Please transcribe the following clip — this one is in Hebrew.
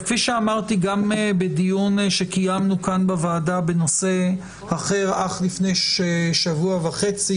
כפי שאמרתי גם בדיון שקיימנו כאן בוועדה בנושא אחר אך לפני שבוע וחצי,